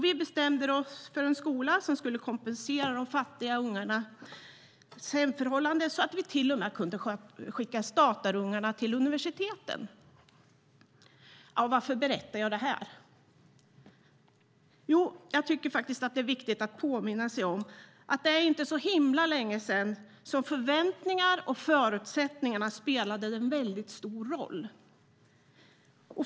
Vi bestämde oss för en skola som skulle kompensera de fattiga ungarnas hemförhållanden så att vi till och med kunde skicka statarungarna till universiteten. Varför berättar jag det här? Jo, jag tycker att det är viktigt att påminna sig om att det inte är så himla länge sedan som förväntningar och förutsättningar spelade en väldigt stor roll.